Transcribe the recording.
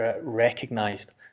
recognized